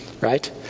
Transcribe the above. right